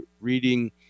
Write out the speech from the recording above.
reading